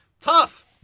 Tough